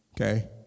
okay